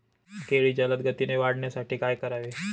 केळी जलदगतीने वाढण्यासाठी काय करावे?